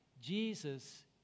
Jesus